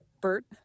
Bert